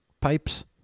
pipes